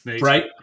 Right